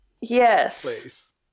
Yes